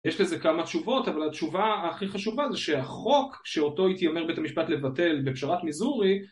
יש לזה כמה תשובות אבל התשובה הכי חשובה זה שהחוק שאותו התיימר בית המשפט לבטל בפשרת מיזורי